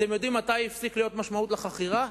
אתם יודעים מתי הפסיקה להיות משמעות לחכירה?